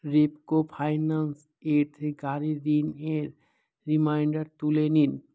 Repco finance এ থে গাড়ির ঋণের রিমাইন্ডার তুলে দিন